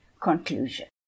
conclusion